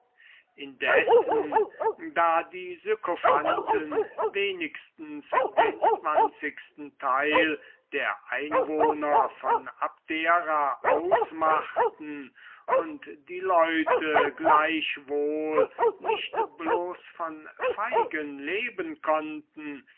indessen da die sykophanten wenigstens den zwanzigsten teil der einwohner von abdera ausmachten und die leute gleichwohl nicht bloß von feigen leben konnten